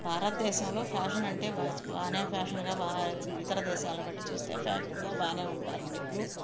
భారతదేశంలో ఫ్యాషన్ అంటే బాగానే ఫ్యాషన్గా బా ఇతర దేశాలబట్టి చూస్తుంటే ఫ్యాషన్గా బాగానే ఉంటారు మరి